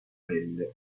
pelle